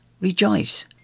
rejoice